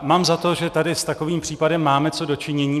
Mám za to, že tady s takovým případem máme co do činění.